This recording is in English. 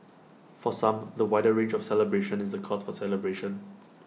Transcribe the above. for some the wider range of celebrations is A cause for celebration